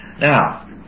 Now